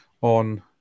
on